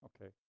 Okay